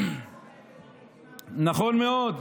נכון מאוד,